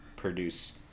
produce